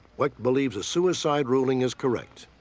wecht believes the suicide ruling is correct.